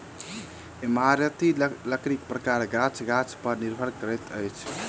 इमारती लकड़ीक प्रकार गाछ गाछ पर निर्भर करैत अछि